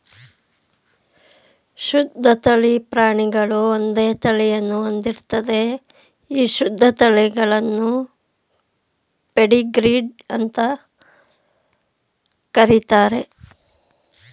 ಶುದ್ಧ ತಳಿ ಪ್ರಾಣಿಗಳು ಒಂದೇ ತಳಿಯನ್ನು ಹೊಂದಿರ್ತದೆ ಈ ಶುದ್ಧ ತಳಿಗಳನ್ನು ಪೆಡಿಗ್ರೀಡ್ ಅಂತ ಕರೀತಾರೆ